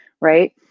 right